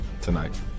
tonight